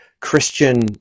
christian